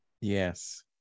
Yes